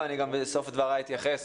ובסוף דבריי אתייחס